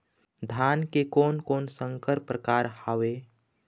धान के कोन कोन संकर परकार हावे?